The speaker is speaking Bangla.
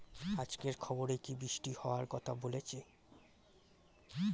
আজকের খবরে কি বৃষ্টি হওয়ায় কথা বলেছে?